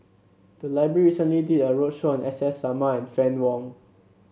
the library recently did a roadshow on S S Sarma and Fann Wong